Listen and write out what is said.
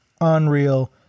unreal